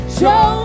show